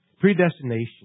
predestination